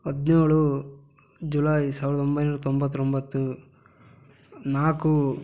ಹದಿನೇಳು ಜುಲೈ ಸಾವಿರದ ಒಂಬೈನೂರ ತೊಂಬತ್ತೊಂಬತ್ತು ನಾಲ್ಕು